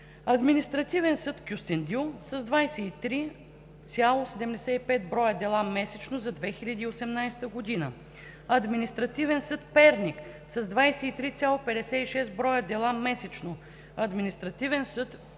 Административен съд – Кюстендил – 23,75 броя дела месечно за 2018 г.; Административен съд – Перник – 23,56 броя дела месечно; Административен съд –